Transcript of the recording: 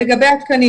לגבי התקנים